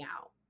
out